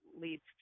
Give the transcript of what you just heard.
leads